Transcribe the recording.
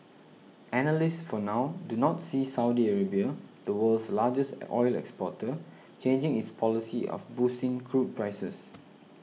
analysts for now do not see Saudi Arabia the world's largest oil exporter changing its policy of boosting crude prices